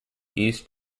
east